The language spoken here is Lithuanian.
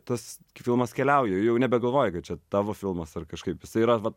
tas filmas keliauja jau nebegalvoji kad čia tavo filmas ar kažkaip jisai yra vat